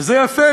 וזה יפה,